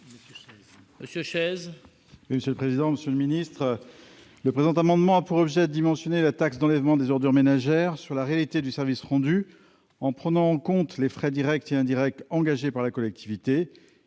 : La parole est à M. Patrick Chaize. Le présent amendement a pour objet de dimensionner la taxe d'enlèvement des ordures ménagères par rapport à la réalité du service rendu, en prenant en compte les frais directs et indirects engagés par la collectivité.